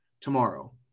tomorrow